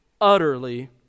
utterly